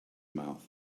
mouth